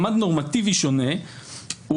מעמד נורמטיבי שונה,